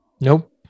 Nope